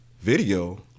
video